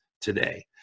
Today